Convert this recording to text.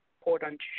important